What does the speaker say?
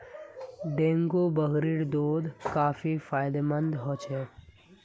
dengue बकरीर दूध काफी फायदेमंद ह छ